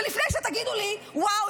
ולפני שתגידו לי: וואו,